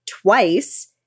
twice